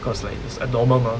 because like it's abnormal mah